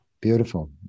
beautiful